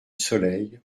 soleil